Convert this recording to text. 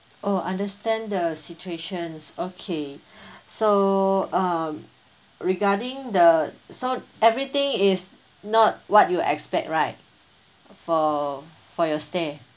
oh understand the situations okay so um regarding the so everything is not what you expect right for for your stay